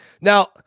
Now